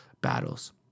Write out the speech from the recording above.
battles